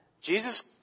Jesus